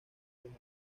desde